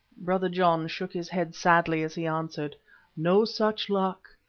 brother john shook his head sadly as he answered no such luck.